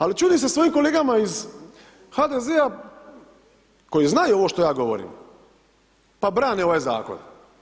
Ali čudim se svojim kolegama iz HDZ-a koji znaju ovo što ja govorim pa brane ovaj zakon.